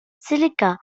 silica